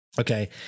Okay